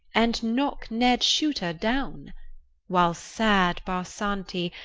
and knock ned shuter down while sad barsanti,